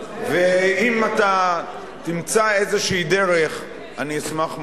ואם אתה תמצא איזו דרך, אני אשמח מאוד.